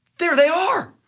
there they are.